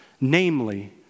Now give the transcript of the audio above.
namely